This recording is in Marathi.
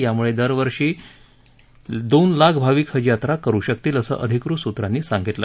यामुळे यावर्षी दोन लाख भाविक हज यात्रा करू शकतील असं अधिकृत सूत्रानं सांगितलं